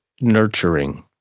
nurturing